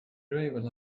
gravel